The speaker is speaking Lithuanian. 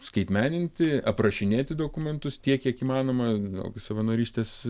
skaitmeninti aprašinėti dokumentus tiek kiek įmanoma gal savanorystės